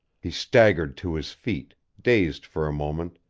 he staggered to his feet, dazed for a moment,